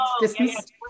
distance